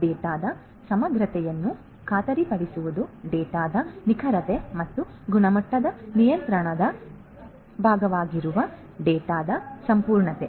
ಡೇಟಾದ ಸಮಗ್ರತೆಯನ್ನು ಖಾತರಿಪಡಿಸುವುದು ಡೇಟಾದ ನಿಖರತೆ ಮತ್ತು ಗುಣಮಟ್ಟದ ನಿಯಂತ್ರಣದ ಭಾಗವಾಗಿರುವ ಡೇಟಾದ ಸಂಪೂರ್ಣತೆ